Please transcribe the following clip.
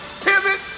Pivot